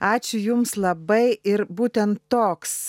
ačiū jums labai ir būtent toks